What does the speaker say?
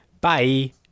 Bye